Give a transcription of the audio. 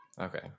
Okay